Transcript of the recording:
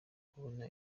kubona